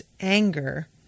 anger